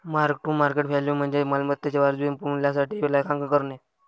mark to market value म्हणजे मालमत्तेच्या वाजवी मूल्यासाठी लेखांकन करणे